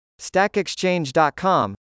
StackExchange.com